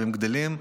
והם גדלים,